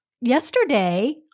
yesterday